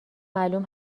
معلوم